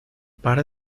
par